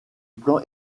plan